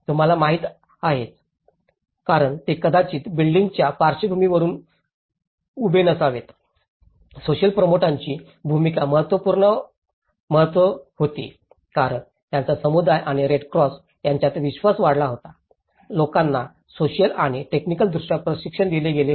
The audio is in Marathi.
तुम्हाला माहिती आहेच कारण ते कदाचित बिल्डींग्सीच्या पार्श्वभूमीवरुन उभे नसावेत सोसिअल प्रोमोटरांची भूमिका महत्त्वपूर्ण महत्त्व होती कारण त्यांचा समुदाय आणि रेडक्रॉस यांच्यात विश्वास वाढला होता लोकलांना सोसिअल आणि टेकनिकदृष्ट्या प्रशिक्षण दिले गेले होते